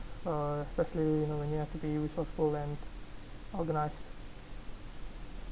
uh especially you know when you have to be resourceful and organised